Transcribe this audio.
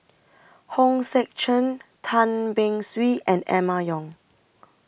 Hong Sek Chern Tan Beng Swee and Emma Yong